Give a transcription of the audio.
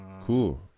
Cool